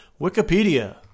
Wikipedia